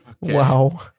Wow